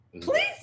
Please